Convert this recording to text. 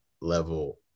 level